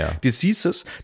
diseases